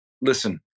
listen